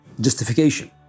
justification